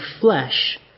flesh